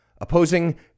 opposing